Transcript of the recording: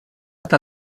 hasta